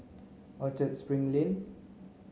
Orchard Spring Lane